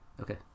Okay